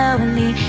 Slowly